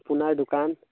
আপোনাৰ দোকান